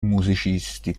musicisti